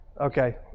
Okay